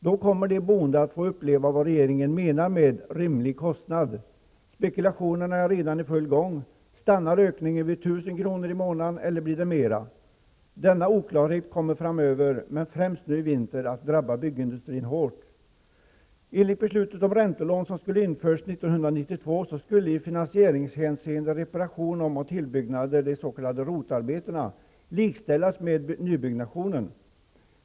Då kommer de boende att få uppleva vad regeringen menar med ''rimlig kostnad''. Spekulationerna är redan i full gång. Stannar ökningen vid 1 000 kr. i månaden eller blir det mera? Denna oklarhet kommer framöver, men främst nu i vinter, att drabba byggindustrin hårt. 1992 skulle i finansieringshänseende reparationer samt om och tillbyggnad, de s.k. ROT-arbetena, likställas med nybyggnation.